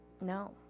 No